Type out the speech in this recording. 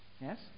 Yes